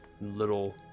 Little